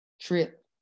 trip